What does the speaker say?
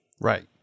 Right